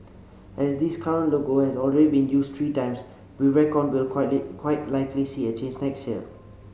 as this current logo has already been used three times we reckon we'll quite likely see a change next year